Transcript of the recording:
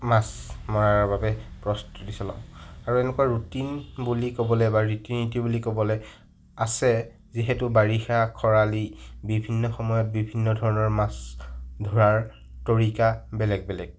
মাছ মৰাৰ বাবে প্ৰস্তুতি চলাওঁ আৰু এনেকুৱা ৰুটিন বুলি ক'বলৈ বা ৰীতি নীতি বুলি ক'বলৈ আছে যিহেতু বাৰিষা খৰালি বিভিন্ন সময়ত বিভিন্ন ধৰণৰ মাছ ধৰাৰ তৰিকা বেলেগ বেলেগ